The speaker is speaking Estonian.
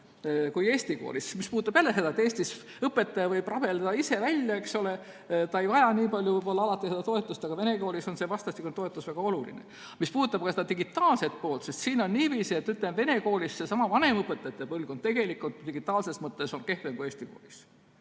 kui eesti koolis. See puudutab jälle seda, et eesti koolis õpetaja võib rabeleda ise välja, eks ole, ta ei vaja nii palju võib-olla alati toetust, aga vene koolis on vastastikune toetus väga oluline. Mis puudutab seda digitaalset poolt, siis siin on niiviisi, et vene koolis seesama vanem õpetajate põlvkond on digitaalses mõttes kehvem kui eesti koolis.